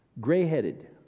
gray-headed